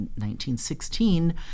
1916